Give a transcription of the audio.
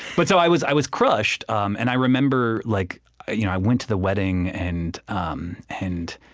but so i was i was crushed, um and i remember, like ah you know i went to the wedding, and um and